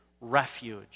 refuge